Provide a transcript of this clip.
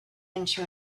into